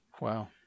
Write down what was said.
wow